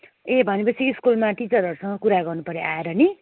ए भनेपछि स्कुलमा टिचरहरूसँग कुरा गर्नु पऱ्यो आएर नि